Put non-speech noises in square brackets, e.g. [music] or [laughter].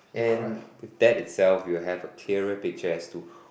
and with that itself you'll have a clearer picture as to [breath]